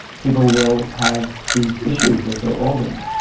people will have these issues with their organs.